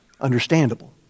Understandable